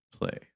play